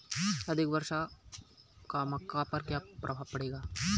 अधिक वर्षा का मक्का पर क्या प्रभाव पड़ेगा?